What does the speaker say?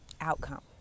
outcome